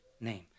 Name